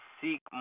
seek